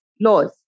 laws